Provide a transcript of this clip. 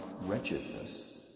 wretchedness